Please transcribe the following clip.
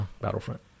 battlefront